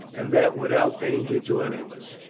and that without danger to any of us.